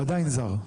הוא עדיין זר.